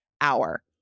hour